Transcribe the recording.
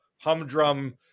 humdrum